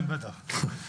כן, בטח.